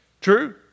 True